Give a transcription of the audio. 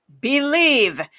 believe